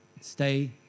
stay